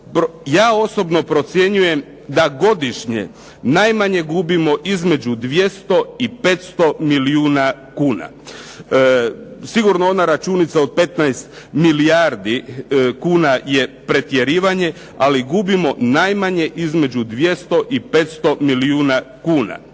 ja osobno procjenjujem da godišnje najmanje gubimo između 200 i 500 milijuna kuna. Sigurno ona računica od 15 milijardi kuna je pretjerivanje, ali gubimo najmanje između 200 i 500 milijuna kuna.